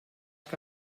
que